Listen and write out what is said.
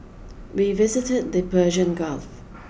we visited the Persian Gulf